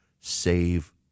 save